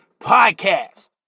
Podcast